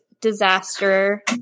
disaster